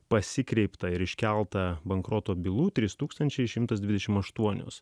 pasikreipta ir iškelta bankroto bylų trys tūkstančiai šimtas dvidešim aštuonios